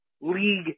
league